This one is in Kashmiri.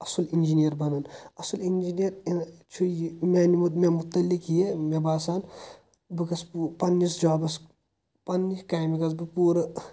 اصل انجینیر بنُن اصل انجینیر چھُ یہِ میانہِ مےٚ متعلق یہِ مےٚ باسان بہٕ گژھہٕ پوٗ پننِس جابس پننہِ کامہِ گژھہٕ بہٕ پوٗرٕ